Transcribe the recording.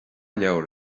leabhar